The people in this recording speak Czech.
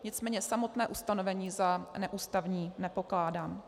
Nicméně samotné ustanovení za neústavní nepokládám.